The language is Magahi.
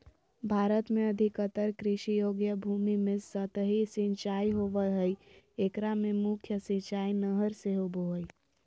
भारत में अधिकतर कृषि योग्य भूमि में सतही सिंचाई होवअ हई एकरा मे मुख्य सिंचाई नहर से होबो हई